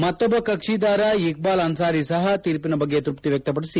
ಮತ್ತೊಬ್ಬ ಕಕ್ಷಿದಾರರ ಇಕ್ವಾಲ್ ಅನ್ಲಾರಿ ಸಹ ತೀರ್ಪಿನ ಬಗ್ಗೆ ತ್ರಪ್ತಿ ವ್ಯಕ್ತಪಡಿಸಿ